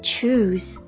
choose